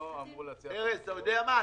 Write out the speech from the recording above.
אתה יודע מה,